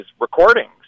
recordings